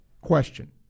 question